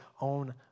own